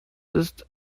ist